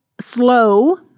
slow